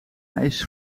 eis